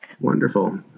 Wonderful